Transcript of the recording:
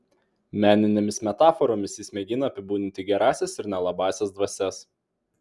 meninėmis metaforomis jis mėgina apibūdinti gerąsias ir nelabąsias dvasias